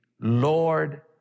Lord